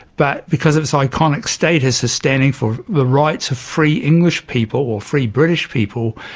but because of its iconic status as standing for the rights of free english people or free british people,